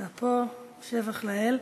אתה פה, השבח לאל,